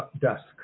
dusk